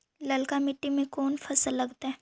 ललका मट्टी में कोन फ़सल लगतै?